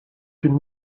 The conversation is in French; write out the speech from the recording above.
une